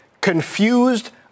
confused